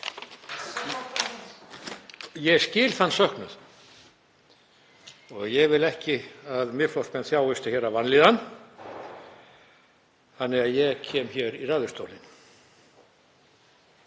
Ég skil þann söknuð og ég vil ekki að Miðflokksmenn þjáist af vanlíðan þannig að ég kem hér í ræðustólinn.